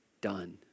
done